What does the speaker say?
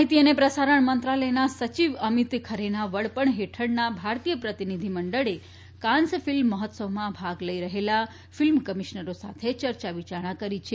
માહિતી અને પ્રસારણ મંત્રાલયના સચિવ અમીત ખરેના વડપણ હેઠળના ભારતીય પ્રતિનિધિ મંડળે કાન્સ ફિલ્મ મહોત્સવમાં ભાગ લઈ રહેલા ફિલ્મ કમીશનરો સાથે ચર્ચા વિચારણા કરી છે